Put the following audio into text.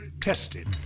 tested